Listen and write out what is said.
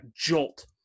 jolt